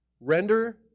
render